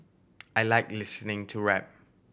I like listening to rap